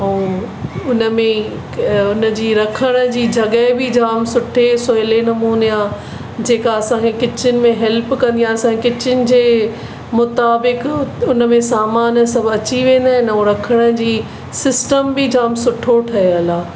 ऐं उनमें हिकु हुन जी रखण जी जॻहि बि जाम सुठे सहुले नमूने आहे जेका असांखे किचन में हैल्प कंदी आहे असांजे किचन जे मुताबिक़ि हुनमें सामान सभु अची वेंदा आहिनि ऐं रखण जी सिस्टम बि जाम सुठो ठहियलु आहे